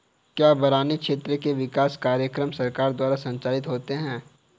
क्या बरानी क्षेत्र के विकास कार्यक्रम सरकार द्वारा संचालित होते हैं?